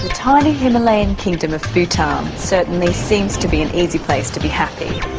tiny himalayan kingdom of bhutan certainly seems to be an easy place to be happy.